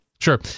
Sure